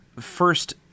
first